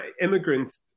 immigrants